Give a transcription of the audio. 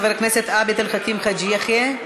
חבר הכנסת עבד אל חכים חאג' יחיא,